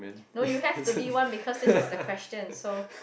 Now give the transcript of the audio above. no you have to be one because this is the question so